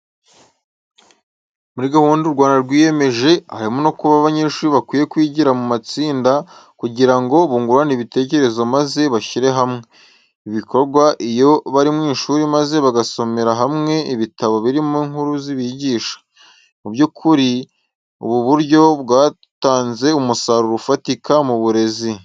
Muri gahunda u Rwanda rwiyemeje, harimo no kuba abanyeshuri bakwiye kwigira mu matsinda kugira ngo bungurane ibitekerezo maze bashyire hamwe. Ibi bikorwa iyo bari mu ishuri maze bagasomera hamwe ibitabo birimo inkuru zibigisha. Mu by'ukuri ubu buryo bwatanze umusaruro ufatika mu burezi.